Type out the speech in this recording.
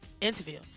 interview